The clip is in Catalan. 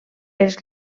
els